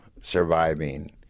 surviving